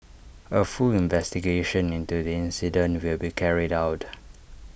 A full investigation into the incident will be carried out